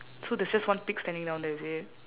so there's just one pig standing down there is it